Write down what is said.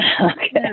okay